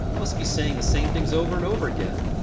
must be saying the same things over and over again.